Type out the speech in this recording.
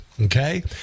Okay